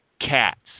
cats